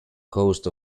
cost